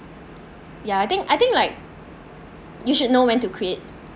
ya I think I think like you should know when to create